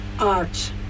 art